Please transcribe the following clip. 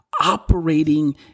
operating